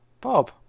Bob